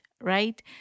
right